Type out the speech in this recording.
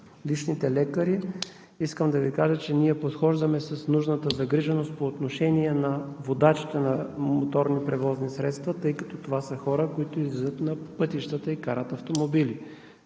личните лекари. Искам да Ви кажа, че ние подхождаме с нужната загриженост по отношение на водачите на моторни превозни средства, тъй като това са хора, които излизат на пътищата и карат автомобили.